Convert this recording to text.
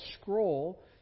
scroll